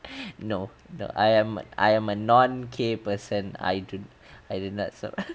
no the I am I am a non K person I do I do not